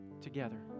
together